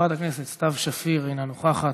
חברת הכנסת סתיו שפיר, אינה נוכחת,